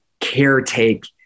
caretake